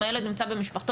אם הילד נמצא במשפחתון,